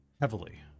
heavily